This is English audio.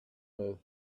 earth